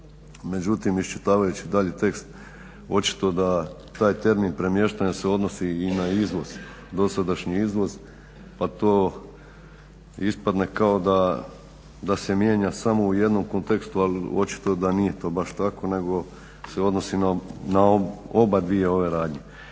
Međutim, iščitavajući dalje tekst očito da taj termin premještanja se odnosi i na izvoz, dosadašnji izvoz pa to ispadne kao da se mijenja samo u jednom kontekstu, ali očito da nije to baš tako nego se odnosi na oba dvije ove radnje.